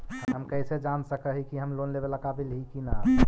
हम कईसे जान सक ही की हम लोन लेवेला काबिल ही की ना?